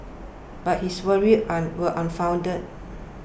but his worries an were unfounded